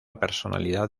personalidad